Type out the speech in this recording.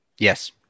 Yes